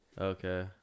okay